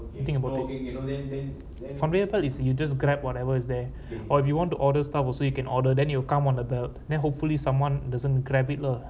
if you think about it you conveyor belt is you just grab whatever is there or if you want to order stuff also you can order then it'll come on the belt then hopefully someone doesn't grab it lah